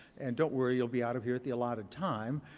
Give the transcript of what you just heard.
and don't worry, you'll be out of here at the allotted time.